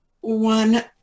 one